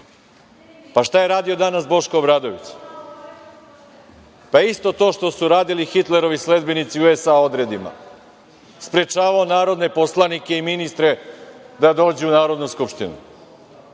je radio danas Boško Obradović? Isto to što su radili Hitlerovi sledbenici u SA odredima – sprečavao narodne poslanike i ministre da dođu u Narodnu skupštinu,